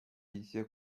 一些